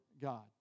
God